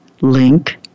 link